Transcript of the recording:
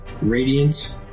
radiant